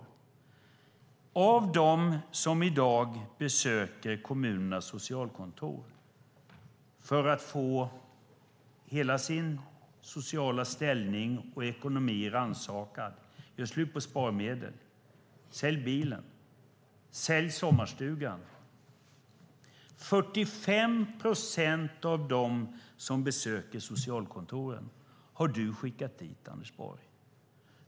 45 procent av dem som i dag besöker kommunernas socialkontor för att få hela sin sociala ställning och ekonomi rannsakad - Gör slut på sparmedel! Sälj bilen! Sälj sommarstugan! - har du skickat dit, Anders Borg.